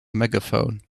megaphone